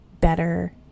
better